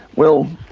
well,